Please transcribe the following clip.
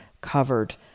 covered